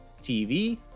TV